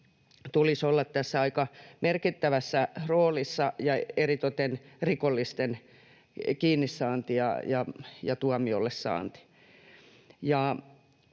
tulisi olla aika merkittävässä roolissa, eritoten rikollisten kiinnisaanti ja tuomiolle saanti.